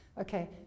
Okay